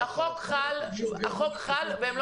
והחוק הזה לא